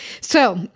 so-